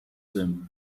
them